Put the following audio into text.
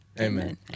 Amen